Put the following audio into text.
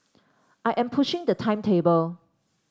I am pushing the timetable